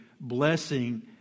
blessing